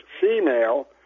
female